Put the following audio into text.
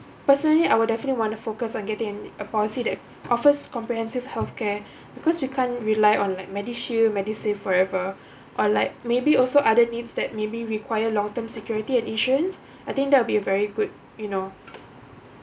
personally I will definitely want to focus on getting an a policy that offers comprehensive health care because we can't rely on like medishield medisave forever or like maybe also other needs that maybe require long term security and insurance I think that will be a very good you know